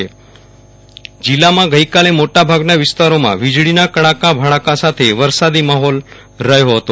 વિરલ રાણા વરસાદ ક ચછ જીલ્લામાં ગઈકાલે મોટાભાગના વિસ્તારોમાં વીજળીના કડાકા ભડાકા સાથે વરસાદી માહોલ રહ્યો હતો